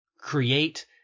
create